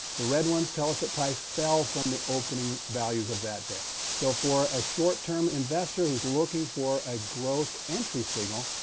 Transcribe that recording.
the red ones tell us that price fell from the opening values of that day. so for a short-term investor who's looking for a growth entry signal,